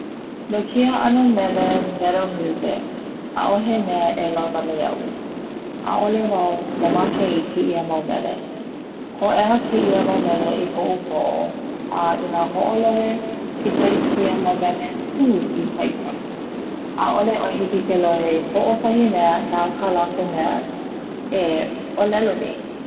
No keia ano mele metal music ʻaʻohe mea e launa me iaʻu ʻaʻole wau mamake i keia ano mele. hoʻeha keia mau mele i koʻu poʻo, a ina hoʻoloho kekahi i keia ʻano mele hū ikaika ʻaʻole hiki iaʻoe ke lohe i hoʻokahi mea he aha ka lakou mea e ʻolelo nei.